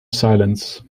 silence